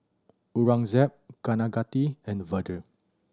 Aurangzeb Kaneganti and Vedre